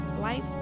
life